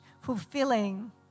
fulfilling